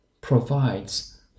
provides